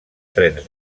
trens